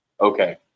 okay